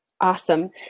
Awesome